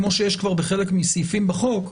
כמו שיש כבר בחלק מהסעיפים בחוק,